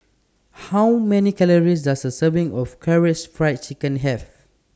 How Many Calories Does A Serving of Karaage Fried Chicken Have